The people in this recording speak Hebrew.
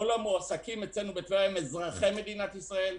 כל המועסקים אצלנו בטבריה הם אזרחי מדינת ישראל,